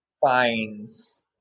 finds